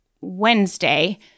Wednesday